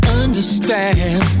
understand